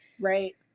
right